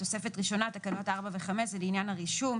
תוספת ראשונה, (תקנות 4 ו-5), זה לעניין הרישום.